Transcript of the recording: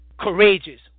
Courageous